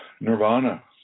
Nirvana